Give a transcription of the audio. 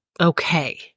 Okay